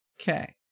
okay